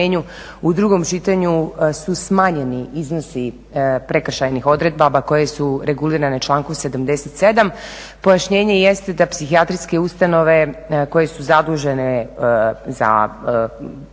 U drugom čitanju su smanjeni iznosi prekršajnih odredaba koje su regulirane u članku 77. Pojašnjenje jeste da psihijatrijske ustanove koje su zadužene za provedbe